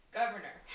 governor